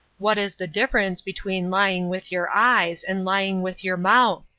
what is the difference between lying with your eyes and lying with your mouth?